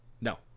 No